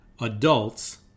adults